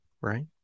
right